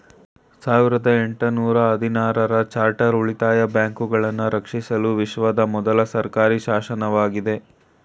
ಸಾವಿರದ ಎಂಟು ನೂರ ಹದಿನಾರು ರ ಚಾರ್ಟರ್ ಉಳಿತಾಯ ಬ್ಯಾಂಕುಗಳನ್ನ ರಕ್ಷಿಸಲು ವಿಶ್ವದ ಮೊದ್ಲ ಸರ್ಕಾರಿಶಾಸನವಾಗೈತೆ